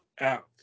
out